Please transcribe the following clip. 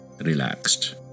relaxed